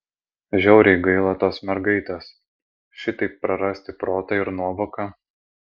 žiauriai gaila tos mergaitės šitaip prarasti protą ir nuovoką